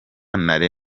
nari